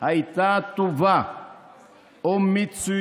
הייתה טובה ומצוינת